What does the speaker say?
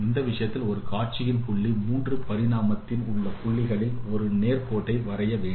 இந்த விஷயத்தில் ஒரு காட்சியின் புள்ளி மூன்று பரிணாமத்தில் உள்ள புள்ளிகளில் ஒரு நேர்கோட்டை வரைய வேண்டும்